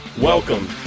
Welcome